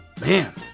Man